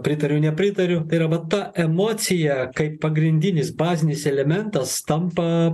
pritariu nepritariu tai yra va ta emocija kaip pagrindinis bazinis elementas tampa